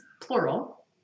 plural